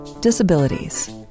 disabilities